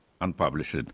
unpublished